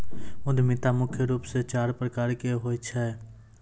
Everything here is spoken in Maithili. उद्यमिता मुख्य रूप से चार प्रकार के होय छै